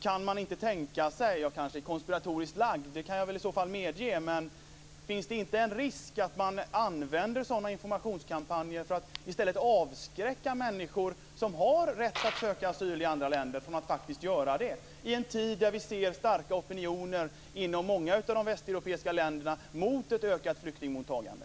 Finns det inte en risk - jag kanske är konspiratoriskt lagd, det kan jag i så fall medge - att man använder sådana informationskampanjer för att avskräcka människor som har rätt att söka asyl i andra länder från att faktiskt göra det? Vi befinner oss i en tid där det finns starka opinioner inom många av de västeuropeiska länderna mot ett ökat flyktingmottagande.